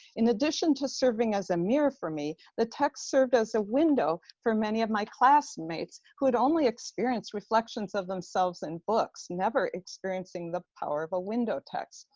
in addition to serving as a mirror for me, the text served as a window for many of my classmates who had only experienced reflections of themselves in books, never experiencing the power of a window text.